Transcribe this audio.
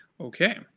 okay